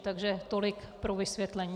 Takže tolik pro vysvětlení.